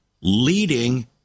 leading